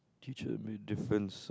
teach a main difference